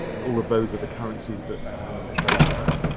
and all of those are the currencies that you would trade for that?